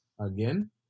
Again